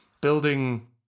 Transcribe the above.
building